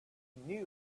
knew